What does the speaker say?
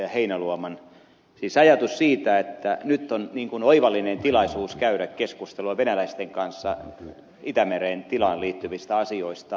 heinäluoman esittämään ajatukseen siitä että nyt on niin kuin oivallinen tilaisuus käydä keskustelua venäläisten kanssa itämeren tilaan liittyvistä asioista